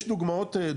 יש דוגמאות שונות.